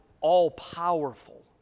all-powerful